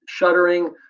shuttering